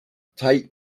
tight